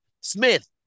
smith